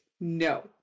no